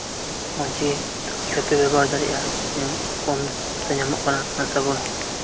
ᱢᱚᱸᱡᱽ ᱜᱮ ᱛᱚ ᱟᱯᱮᱦᱚᱸᱯᱮ ᱵᱮᱵᱚᱦᱟᱨ ᱫᱟᱲᱮᱭᱟᱜᱼᱟ ᱟᱹᱰᱤ ᱠᱚᱢ ᱥᱚᱢ ᱛᱮ ᱧᱟᱢᱚᱜ ᱠᱟᱱᱟ ᱱᱚᱶᱟ ᱥᱟᱵᱚᱱ